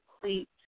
complete